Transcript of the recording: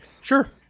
Sure